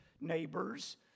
neighbors